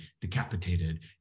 decapitated